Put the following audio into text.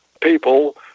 people